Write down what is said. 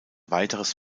weiteres